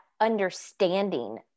understanding